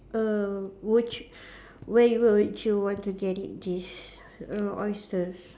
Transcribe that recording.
err would you where would you want to get it this err oysters